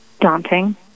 daunting